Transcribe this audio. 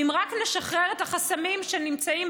ואם רק נשחרר את החסמים שנמצאים,